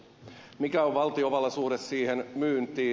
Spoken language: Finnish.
mikä on valtiovallan suhde siihen myyntiin